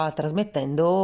trasmettendo